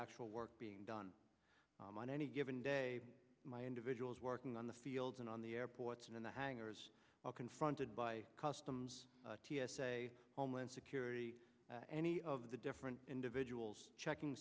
actual work being done on any given day my individuals working on the fields and on the airports in the hangars are confronted by customs t s a homeland security any of the different individuals checking